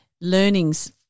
learnings